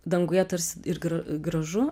danguje tarsi ir gra gražu